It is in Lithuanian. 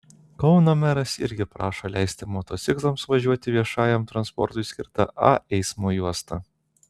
kauno meras irgi prašo leisti motociklams važiuoti viešajam transportui skirta a eismo juosta